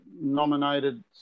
nominated